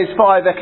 five